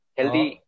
Healthy